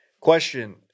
Question